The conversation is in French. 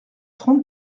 trente